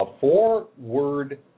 four-word